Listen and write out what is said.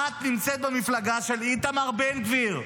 את נמצאת במפלגה של איתמר בן גביר,